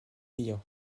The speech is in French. client